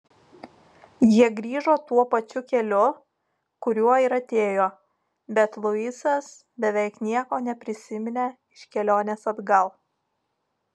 jie grįžo tuo pačiu keliu kuriuo ir atėjo bet luisas beveik nieko neprisiminė iš kelionės atgal